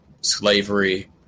slavery